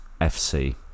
FC